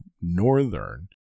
northern